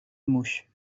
موش